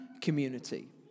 community